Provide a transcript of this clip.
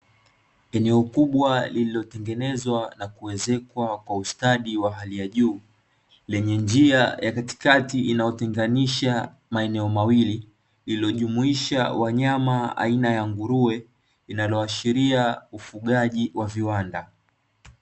Eneo kubwa lililotengenezwa na kuezekwa kwa ustadi wa hali ya juu, lenye njia ya katikati inayotenganisha maeneo mawili, iliyojumuisha wanyama aina ya nguruwe; linaloashiria ufugaji wa viwanda.